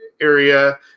area